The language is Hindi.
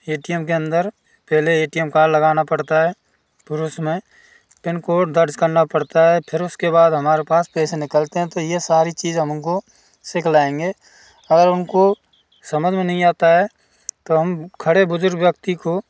ए टी एम के अंदर पहले ए टी एम कार्ड लगाना पड़ता है फिर उसमें पीन दर्ज करना पड़ता है फिर उसके बाद हमारे पास पैसा निकलते हैं तो ये सारी चीज हम उनको सिखलाएंगे अगर उनको समझ में नहीं आता है तो हम खड़े बुजुर्ग व्यक्ति को